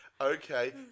Okay